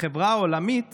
החברה העולמית